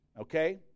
Okay